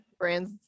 brands